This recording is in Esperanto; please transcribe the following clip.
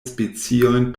speciojn